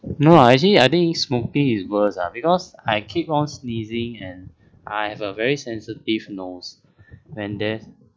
no lah actually I think smoking is worse ah because I keep on sneezing and I have a very sensitive nose when there's